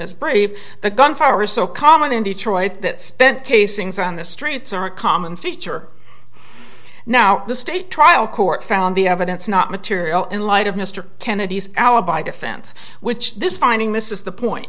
this brave the gunfire is so common in detroit that spent casings on the streets are a common feature now the state trial court found the evidence not material in light of mr kennedy's alibi defense which this finding misses the point